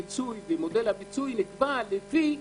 מודל הפיצוי נקבע לפי